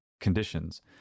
conditions